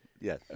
yes